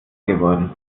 geworden